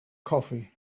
coffee